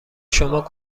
شما